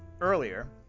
earlier